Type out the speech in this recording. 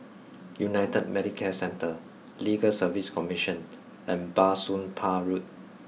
United Medicare Centre Legal Service Commission and Bah Soon Pah Road